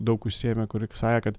daug užsiėmė kurik sakė kad